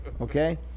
Okay